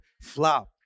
flop